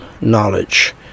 knowledge